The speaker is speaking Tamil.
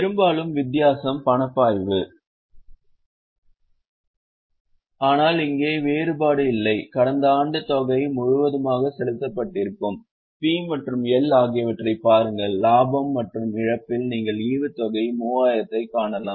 பெரும்பாலும் வித்தியாசம் பணப்பாய்வு ஆனால் இங்கே வேறுபாடு இல்லை கடந்த ஆண்டு தொகை முழுவதுமாக செலுத்தப்பட்டிருக்கும் P மற்றும் L ஆகியவற்றைப் பாருங்கள் லாபம் மற்றும் இழப்பில் நீங்கள் ஈவுத்தொகை 3000 ஐக் காணலாம்